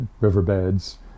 riverbeds